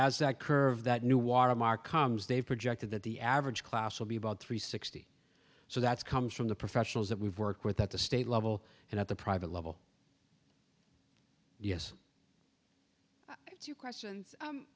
as that curve that new watermark comes they've projected that the average class will be about three sixty so that's comes from the professionals that we've worked with at the state level and at the private level yes two questions